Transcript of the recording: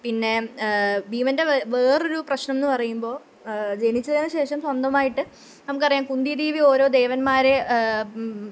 പിന്നെ ഭീമന്റെ വേറൊരു പ്രശ്നം എന്ന് പറയുമ്പോൾ ജനിച്ചതിന് ശേഷം സ്വന്തമായിട്ട് നമുക്കറിയാം കുന്തിദേവി ഓരോ ദേവന്മാരെ